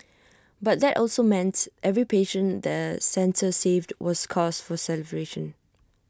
but that also meant every patient the centre saved was cause for celebration